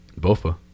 Bofa